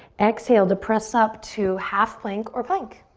exhale the press up to half plank or plank.